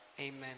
Amen